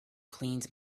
cleaned